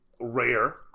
rare